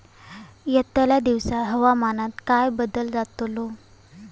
यतल्या दिवसात हवामानात काय बदल जातलो?